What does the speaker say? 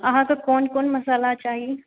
अहाँके क़ोन क़ोन मसल्ला चाही